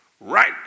right